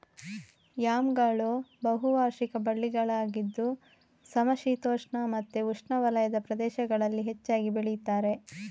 ಯಾಮ್ಗಳು ಬಹು ವಾರ್ಷಿಕ ಬಳ್ಳಿಗಳಾಗಿದ್ದು ಸಮಶೀತೋಷ್ಣ ಮತ್ತೆ ಉಷ್ಣವಲಯದ ಪ್ರದೇಶಗಳಲ್ಲಿ ಹೆಚ್ಚಾಗಿ ಬೆಳೀತಾರೆ